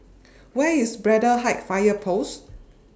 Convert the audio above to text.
Where IS Braddell Heights Fire Post